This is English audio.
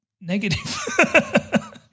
negative